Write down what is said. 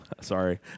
Sorry